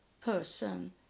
person